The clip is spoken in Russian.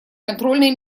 контрольные